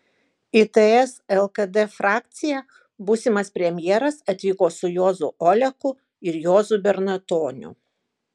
į ts lkd frakciją būsimas premjeras atvyko su juozu oleku ir juozu bernatoniu